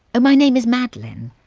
my name is madeleine.